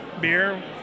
beer